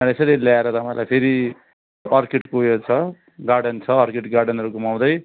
त्यहाँदेखि फेरि ल्याएर तपाईँलाई फेरि अर्किडको उयो छ गार्डन छ अर्किड गार्डनहरू घुमाउँदै